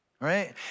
right